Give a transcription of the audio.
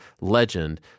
legend